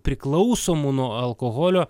priklausomų nuo alkoholio